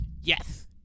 Yes